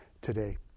today